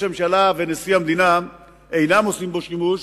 הממשלה ונשיא המדינה אינם עושים בו שימוש